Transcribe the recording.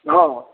हँ